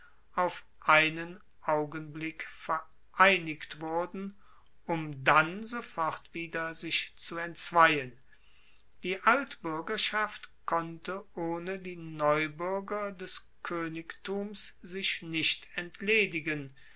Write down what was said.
auf einen augenblick vereinigt wurden um dann sofort wieder sich zu entzweien die altbuergerschaft konnte ohne die neubuerger des koenigtums sich nicht entledigen